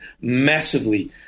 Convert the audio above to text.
massively